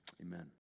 Amen